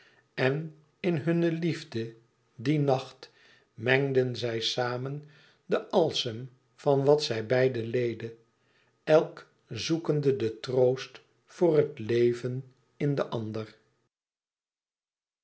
en in hunne liefde dien nacht mengden zij samen den alsem van wat zij beiden leden elk zoekende den troost voor het leven in den ander